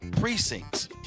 precincts